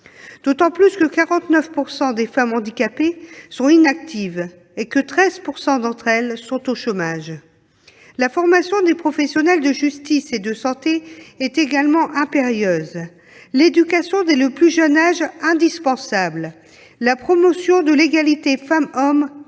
d'autant que 49 % des femmes handicapées sont inactives et que 13 % d'entre elles sont au chômage. La formation des professionnels de justice et de santé est également impérieuse, l'éducation dès le plus jeune âge indispensable, la promotion de l'égalité entre les femmes et les